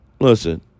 Listen